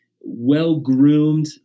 well-groomed